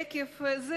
עקב זה,